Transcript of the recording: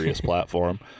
platform